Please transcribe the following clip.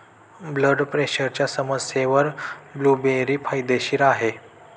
blood प्रेशरच्या समस्येवर blueberry फायदेशीर आहे